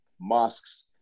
mosques